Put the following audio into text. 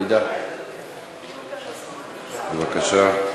עאידה, בבקשה.